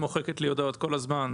היא מוחקת לי הודעות כל הזמן.